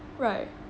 right